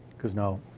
because now,